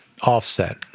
offset